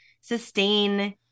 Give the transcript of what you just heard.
sustain